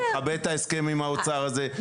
אני מכבד את ההסכם עם האוצר הזה,